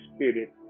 Spirit